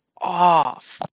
off